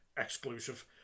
Exclusive